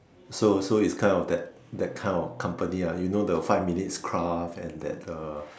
so so it's kind of that that kind of company ah you know the five minutes craft and that uh